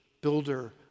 builder